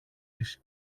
της